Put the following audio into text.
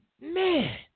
Man